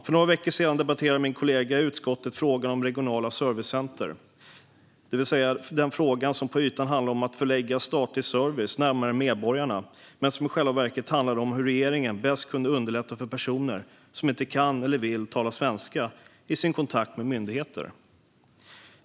För några veckor sedan debatterade min kollega i utskottet frågan om regionala servicecenter, det vill säga den fråga som på ytan handlade om att förlägga statlig service närmare medborgarna men som i själva verket handlade om hur regeringen bäst kan underlätta för personer som inte kan, eller vill, tala svenska i sin kontakt med myndigheter.